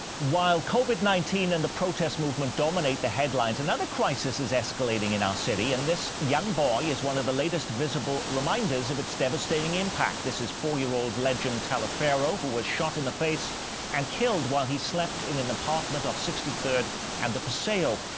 while covid nineteen and the protest movement dominate the headlines, another crisis is escalating in our city. and this young boy is one of the latest visible reminders of its devastating impact. this is four year old legend taliferro who was shot in the face and killed while he slept in an apartment off sixty third and the paseo.